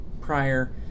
prior